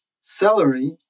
celery